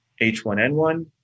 H1N1